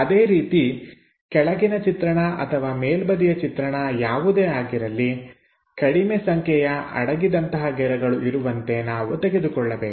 ಅದೇ ರೀತಿ ಕೆಳಗಿನ ಚಿತ್ರಣ ಅಥವಾ ಮೇಲ್ಬದಿಯ ಚಿತ್ರಣ ಯಾವುದೇ ಆಗಿರಲಿ ಕಡಿಮೆ ಸಂಖ್ಯೆಯ ಅಡಗಿದಂತಹ ಗೆರೆಗಳು ಇರುವಂತೆ ನಾವು ತೆಗೆದುಕೊಳ್ಳಬೇಕು